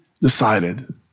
decided